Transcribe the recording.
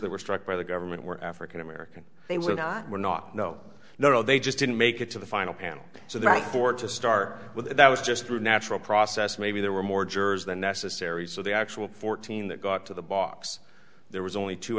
that were struck by the government were african american they were not were not no no no they just didn't make it to the final panel so that court to start with that was just through a natural process maybe there were more jurors than necessary so the actual fourteen that got to the box there was only two